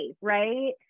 right